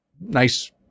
nice